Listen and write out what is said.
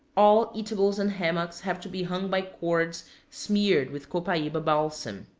all eatables and hammocks have to be hung by cords smeared with copaiba balsam.